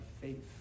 faith